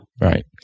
Right